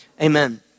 amen